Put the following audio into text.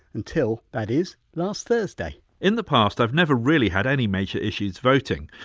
until, that is, last thursday in the past i've never really had any major issues voting.